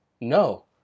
no